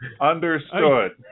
Understood